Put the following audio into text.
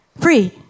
free